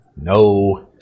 no